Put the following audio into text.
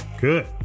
Good